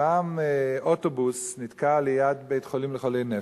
פעם אוטובוס נתקע ליד בית-חולים לחולי נפש.